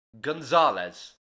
Gonzalez